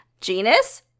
genus